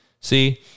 See